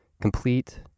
complete